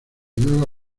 nuevas